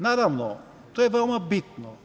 Naravno, to je veoma bitno.